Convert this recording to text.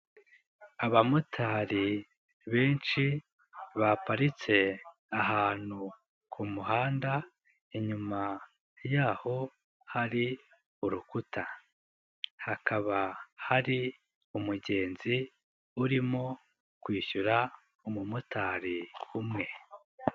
Abamotari benshi baparitse ahantu ku muhanda, inyuma yaho hari urukuta, hakaba hari umugenzi urimo kwishyura umumotari .umwe